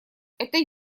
это